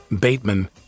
Bateman